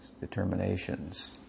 determinations